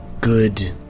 Good